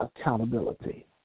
accountability